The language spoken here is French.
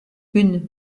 une